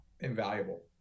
invaluable